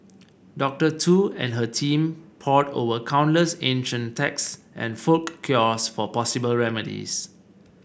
Doctor Tu and her team pored over countless ancient texts and folk cures for possible remedies